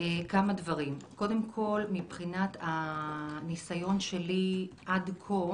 כמה דברים קודם כל, מבחינת הניסיון שלי עד כה